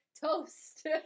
toast